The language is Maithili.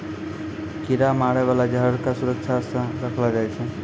कीरा मारै बाला जहर क सुरक्षा सँ रखलो जाय छै